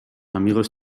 amigos